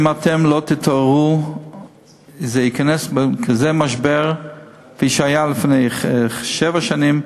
אם אתם לא תתעוררו זה ייכנס למשבר כפי שהיה לפני שבע שנים,